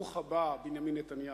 ברוך הבא, בנימין נתניהו.